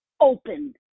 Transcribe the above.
open